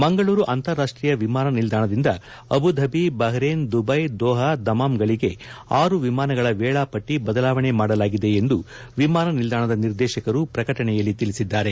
ಮಂಗಳೂರು ಅಂತಾರಾಷ್ಟೀಯ ವಿಮಾನ ನಿಲ್ದಾಣ ದಿಂದ Abu Dhabi Bahrain Dubai Doha Dammam ಗಳಿಗೆ ಆರು ವಿಮಾನಗಳ ವೇಳಾಪಟ್ಟಿ ಬದಲಾವಣೆ ಮಾಡಲಾಗಿದೆ ಎಂದು ವಿಮಾನ ನಿಲ್ದಾಣದ ನಿರ್ದೇಶಕರು ಪ್ರಕಟಣೆಯಲ್ಲಿ ತಿಳಿಸಿದ್ದಾರೆ